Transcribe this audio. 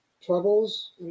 troubles